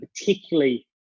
particularly